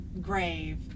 grave